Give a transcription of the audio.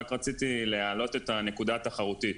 רק רציתי להעלות את הנקודה התחרותית.